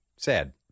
Sad